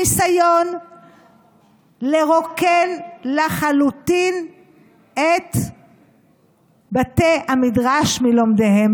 הניסיון לרוקן לחלוטין את בתי המדרש מלומדיהם.